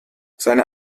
seine